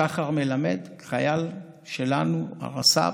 שחר מלמד, חייל שלנו, הרס"פ.